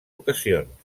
ocasions